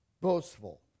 boastful